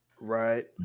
Right